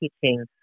teaching